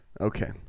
Okay